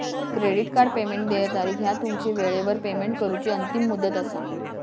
credit card payment देय तारीख ह्या तुमची वेळेवर पेमेंट करूची अंतिम मुदत असा